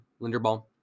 Linderbaum